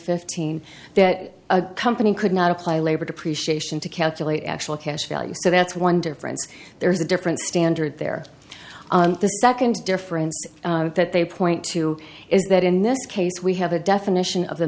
fifteen that a company could not apply labor depreciation to calculate actual cash value so that's one difference there is a different standard there the second difference that they point to is that in this case we have a definition of